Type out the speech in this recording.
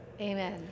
Amen